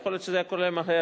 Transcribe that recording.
יכול להיות שזה היה קורה מהר,